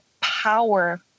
power